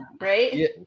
Right